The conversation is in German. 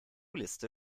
liste